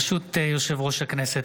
ברשות יושב-ראש הכנסת,